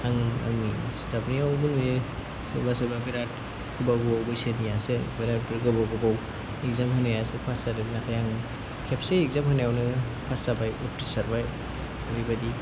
आं आंनि स्ताफनियावबो नुयो सोरबा सोरबा बिराद गोबाव गोबाव बैसोनियासो बोराइफोर गोबाव गोबाव एग्जाम होनायासो पास जादों नाथाय आङो खेबसे एग्जाम होनायावनो पास जाबाय उथ्रिसारबाय ओरैबायदि